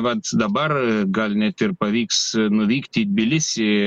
vat dabar gal net ir pavyks nuvykti į tbilisį